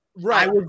Right